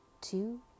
two